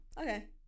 okay